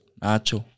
nacho